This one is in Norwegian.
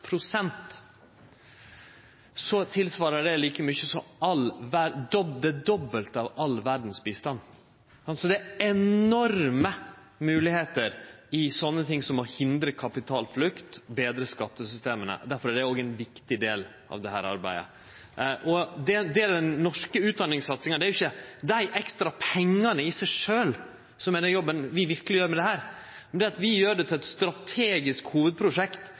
det til like mykje som det dobbelte av all bistand i verda. Det er enorme moglegheiter i slikt som å hindre kapitalflukt og å betre skattesystema. Derfor er det ein viktig del av dette arbeidet. Når det gjeld den norske utdanningssatsinga, er det